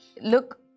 Look